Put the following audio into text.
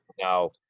now